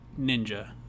ninja